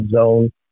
zone